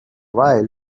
while